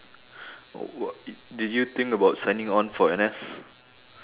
wh~ did you think about signing on for N_S